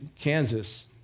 Kansas